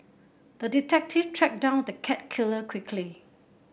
the detective tracked down the cat killer quickly